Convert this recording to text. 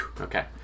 Okay